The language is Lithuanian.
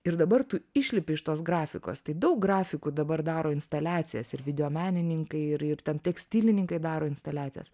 ir dabar tu išlipi iš tos grafikos tai daug grafikų dabar daro instaliacijas ir videomenininkai ir ir ten tekstilininkai daro instaliacijas